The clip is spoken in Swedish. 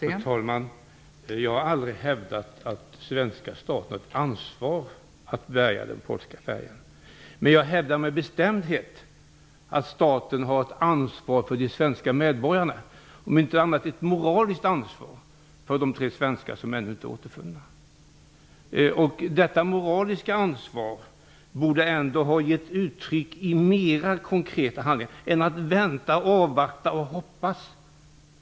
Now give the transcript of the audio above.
Fru talman! Jag har aldrig hävdat att svenska staten har ett ansvar för att bärga den polska färjan. Men jag hävdar med bestämdhet att staten har ett ansvar för de svenska medborgarna -- om inte annat så ett moraliskt ansvar för de tre svenskar som ännu inte är återfunna. Detta moraliska ansvar borde ändå ha gett uttryck i mer konkreta handlingar än att vänta, avvakta och hoppas.